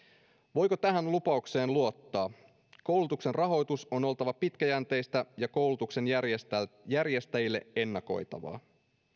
voiko tähän lupaukseen luottaa koulutuksen rahoituksen on oltava pitkäjänteistä ja koulutuksen järjestäjille ennakoitavaa